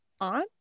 on